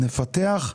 נפתח.